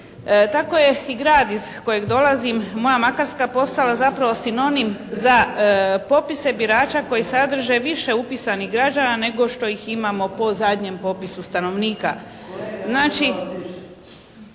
Tako je i grad iz kojeg dolazim, moja Makarska postala zapravo sinonim za popise birača koji sadrže više upisanih građana nego što ih imamo po zadnjem popisu stanovnika.